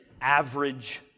average